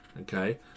okay